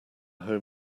home